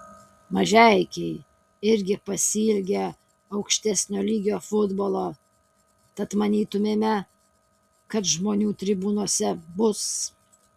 mažeikiai irgi pasiilgę aukštesnio lygio futbolo tad manytumėme kad žmonių tribūnose bus